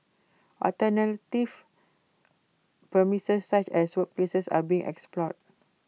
alternative premises such as workplaces are being explored